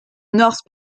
north